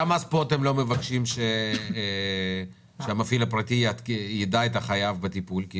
למה פה אתם לא מבקשים שהמפעיל הפרטי יידע את החייב בטיפול?